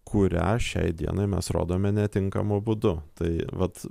kurią šiai dienai mes rodome netinkamu būdu tai vat